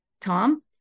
Tom